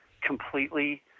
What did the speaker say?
completely